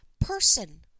person